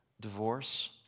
divorce